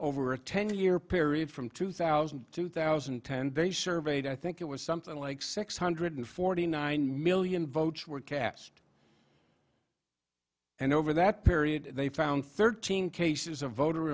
over a ten year period from two thousand two thousand and ten they surveyed i think it was something like six hundred forty nine million votes were cast and over that period they found thirteen cases of voter